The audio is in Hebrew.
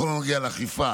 בכל הנוגע לאכיפה